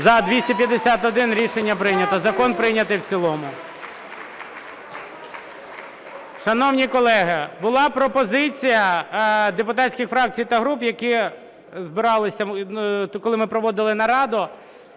За-260 Рішення прийнято. Закон прийнятий в цілому.